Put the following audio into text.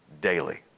daily